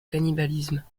cannibalisme